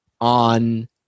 on